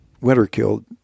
winter-killed